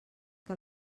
que